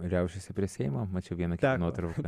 riaušėse prie seimo mačiau vieną kitą nuotrauką